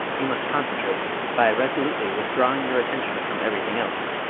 you must concentrate by resolutely withdrawing your attention from everything else.